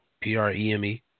P-R-E-M-E